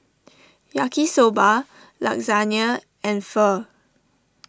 Yaki Soba Lasagna and Pho